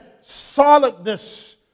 solidness